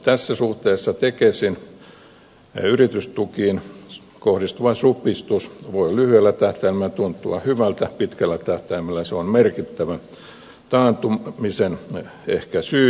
tässä suhteessa tekesin yritystukiin kohdistuva supistus voi lyhyellä tähtäimellä tuntua hyvältä mutta pitkällä tähtäimellä se on ehkä merkittävä taantumisen syy